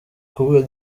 kumwe